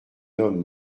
homme